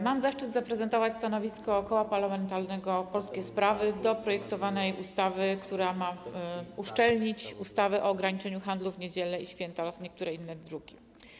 Mam zaszczyt zaprezentować stanowisko koła parlamentarnego Polskie Sprawy odnośnie do projektowanej ustawy, która ma uszczelnić ustawę o ograniczeniu handlu w niedziele i święta oraz w niektóre inne dni.